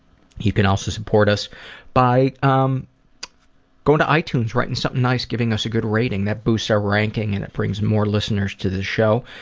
you can also support us by um going to itunes, writing something nice, giving us a good rating. that boosts our ranking and it brings more listeners to the show.